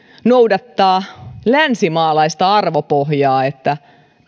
noudattaa länsimaalaista arvopohjaa että